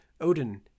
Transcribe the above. Odin